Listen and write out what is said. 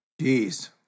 Jeez